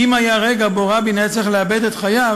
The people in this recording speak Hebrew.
כי אם היה רגע שבו רבין היה צריך לאבד את חייו,